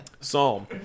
Psalm